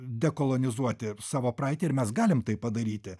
dekolonizuoti savo praeitį ir mes galim tai padaryti